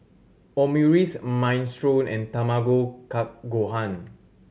Omurice Minestrone and Tamago Kake Gohan